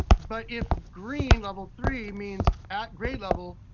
but if green, level three means at grade level,